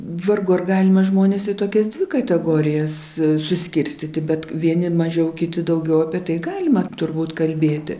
vargu ar galima žmones į tokias dvi kategorijas suskirstyti bet vieni mažiau kiti daugiau apie tai galima turbūt kalbėti